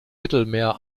mittelmeer